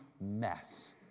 mess